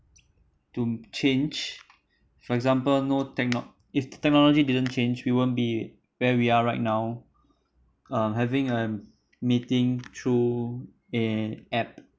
to change for example no tecno~ if technology didn't change we won't be where we are right now uh having a meeting through an app